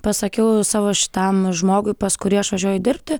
pasakiau savo šitam žmogui pas kurį aš važiuoju dirbti